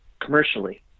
commercially